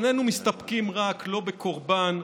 איננו מסתפקים לא בקורבן,